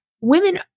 Women